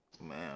Man